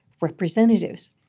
representatives